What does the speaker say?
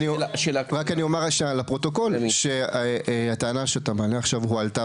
רק אני אומר לפרוטוקול שהטענה שאתה מעלה עכשיו הועלתה